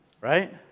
Right